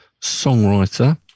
songwriter